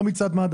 לא מצד מד"א.